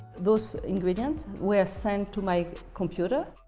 those ingredients were sent to my computer.